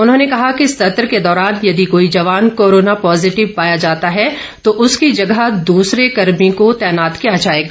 उन्होंने कहा कि सत्र के दौरान यदि कोई जवान कोरोना पॉजिटिव पाया जाता है तो उसकी जगह द्रसरे कर्मी को तैनात किया जाएगा